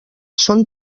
són